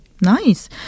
Nice